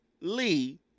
Lee